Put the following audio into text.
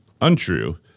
untrue